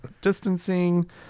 distancing